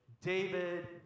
David